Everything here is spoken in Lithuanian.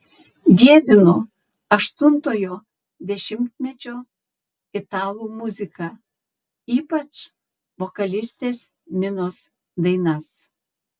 dievinu aštuntojo dešimtmečio italų muziką ypač vokalistės minos dainas